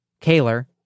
Kaler